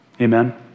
Amen